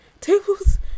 Tables